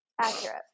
Accurate